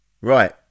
Right